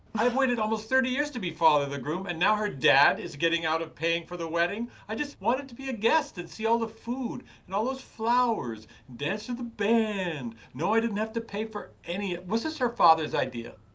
i've waited almost thirty years to be father of the groom. and now her dad is getting out of paying for the wedding. i just wanted to be a guest and see all the food and all those flowers, dance to the band. know i didn't have to pay for any was this her father's idea?